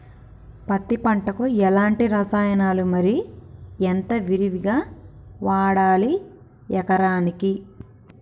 పత్తి పంటకు ఎలాంటి రసాయనాలు మరి ఎంత విరివిగా వాడాలి ఎకరాకి?